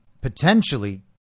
potentially